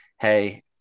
hey